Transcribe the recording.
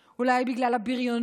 אולי בגלל הבריונות?